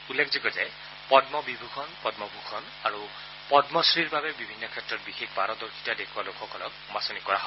উল্লেখযোগ্য যে পদ্ম বিভূষণ পদ্মভূষণ আৰু পদ্মশ্ৰীৰ বাবে বিভিন্ন ক্ষেত্ৰত বিশেষ পাৰদৰ্শিতা দেখুওৱা লোকসকলক বাছনি কৰা হয়